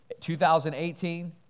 2018